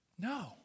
No